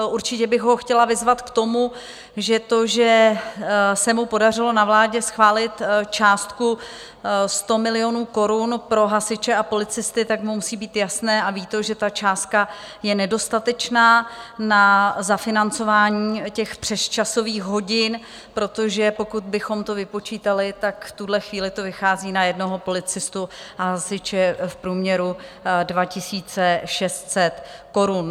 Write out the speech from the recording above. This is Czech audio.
Určitě bych ho chtěla vyzvat k tomu, že to, že se mu podařilo na vládě schválit částku 100 milionů korun pro hasiče a policisty, tak mu musí být jasné a ví to, že ta částka je nedostatečná na zafinancování těch přesčasových hodin, protože pokud bychom to vypočítali, tak v tuhle chvíli to vychází na jednoho policistu a hasiče v průměru 2 600 korun.